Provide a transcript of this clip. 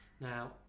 Now